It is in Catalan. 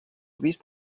vist